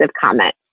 comment